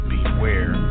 Beware